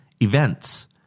events